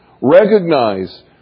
Recognize